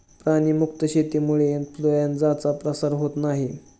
प्राणी मुक्त शेतीमुळे इन्फ्लूएन्झाचा प्रसार होत नाही